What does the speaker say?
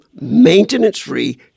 maintenance-free